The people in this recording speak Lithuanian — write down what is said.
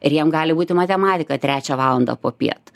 ir jiem gali būti matematika trečią valandą popiet